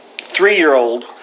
Three-year-old